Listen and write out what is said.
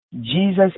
Jesus